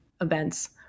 events